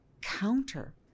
counter